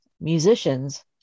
musicians